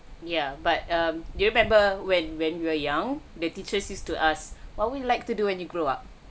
yeah but um do you remember when when we're young the teachers used to ask what would you like to do when you grow up